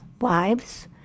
wives